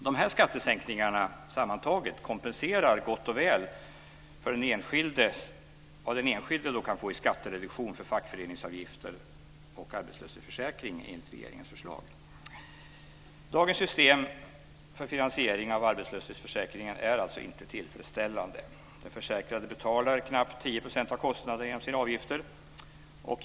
Dessa skattesänkningar kompenserar sammantaget gott och väl vad den enskilde kan få i skattereduktion för fackföreningsavgifter och arbetslöshetsförsäkring enligt regeringens förslag. Dagens system för finansiering av arbetslöshetsförsäkringen är alltså inte tillfredsställande. Den försäkrade betalar knappt 10 % av kostnaderna genom sina avgifter.